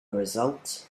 result